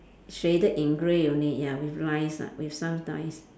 shaded in grey only ya with lines ah with some lines